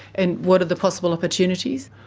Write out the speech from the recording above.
and what are the possible opportunities?